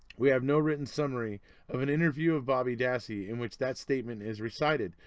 we have no written summary of an interview of bobby dassey in which that statement is recited.